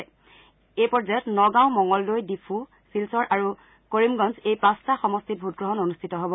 এই দ্বিতীয় পৰ্যায়ত নগাঁও মঙলদৈ ডিফু শিলচৰ আৰু কৰিমগঞ্জ এই পাঁচটা সমষ্টিত ভোটগ্ৰহণ অনুষ্ঠিত হ'ব